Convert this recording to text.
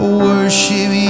worship